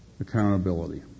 accountability